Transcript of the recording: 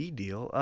deal